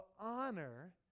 honor